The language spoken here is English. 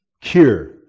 cure